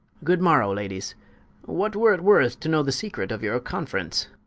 good morrow ladies what wer't worth to know the secret of your conference?